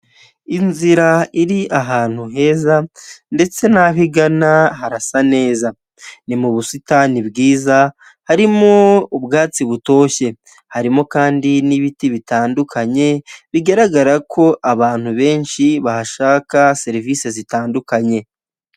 Inzira iri ahantu heza ndetse n'aho igana harasa neza ni mu busitani bwiza harimo ubwatsi butoshye harimo kandi n'ibiti bitandukanye bigaragara ko abantu benshi bahashaka serivisi zitandukanye.